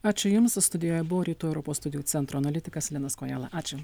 ačiū jums studijoje buvo rytų europos studijų centro analitikas linas kojala ačiū